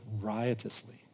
riotously